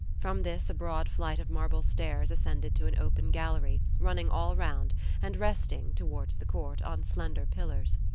from this a broad flight of marble stairs ascended to an open gallery, running all round and resting, towards the court, on slender pillars.